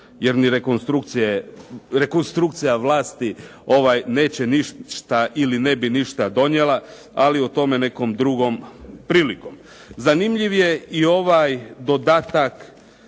jer ni konstrukcija vlasti neće ništa ili ne bi ništa donijela, ali o tome nekom drugom prilikom. Zanimljiv je i ovaj dodatak